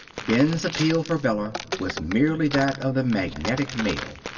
ben's appeal for bella was merely that of the magnetic male.